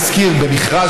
אל-אחמר.